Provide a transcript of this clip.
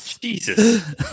Jesus